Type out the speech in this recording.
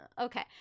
okay